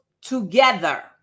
together